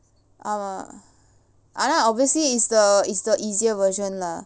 ஆனா:aanaa obviously it's the it's the easier version lah